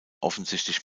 offensichtlich